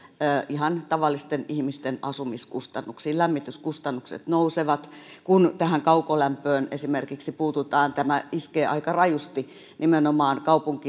ihan tavallisten ihmisten asumiskustannuksiin lämmityskustannukset nousevat kun tähän kaukolämpöön esimerkiksi puututaan tämä iskee aika rajusti nimenomaan